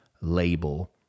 label